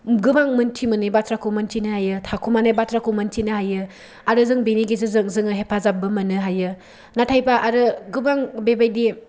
गोबां मोन्थिमोनै बाथ्राखौ मोन्थिनो हायो थाखुमानाय बाथ्राखौ मोन्थिनो हायो आरो जों बेनि गेजेरजों जोङो हेफाजाबबो मोननो हायो नाथायबा आरो गोबां बेबायदि